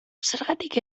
zergatik